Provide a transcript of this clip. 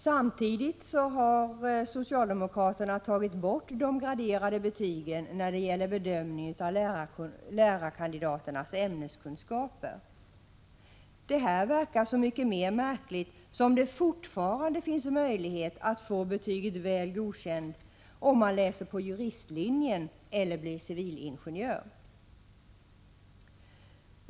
Samtidigt har socialdemokraterna tagit bort de graderade betygen när det gäller bedömningen av lärarkandidaternas ämneskunskaper. Det verkar så mycket mer märkligt som det fortfarande finns möjlighet att få betyget Väl godkänd, om man läser på juristlinjen eller skall bli civilingenjör.